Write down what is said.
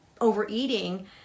overeating